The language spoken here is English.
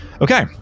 Okay